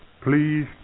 please